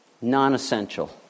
non-essential